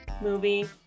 movie